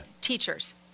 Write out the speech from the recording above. Teachers